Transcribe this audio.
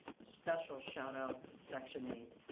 special shout out to section eight.